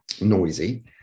noisy